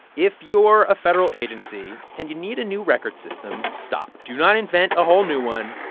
if you're a federal agency and you need a new record system, stop. do not invent a whole new one.